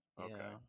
Okay